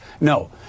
No